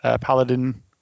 Paladin